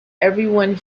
everyone